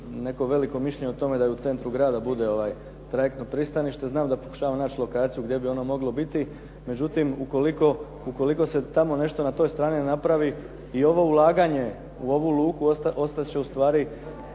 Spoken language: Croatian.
neko veliko mišljenje o tome da u centru grada bude trajektno pristanište, znam da pokušava naći lokaciju gdje bi ono moglo biti. Međutim, ukoliko se tamo nešto na toj strani ne napravi i ovo ulaganje u ovu luku ostat će ustvari